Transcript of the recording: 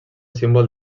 símbol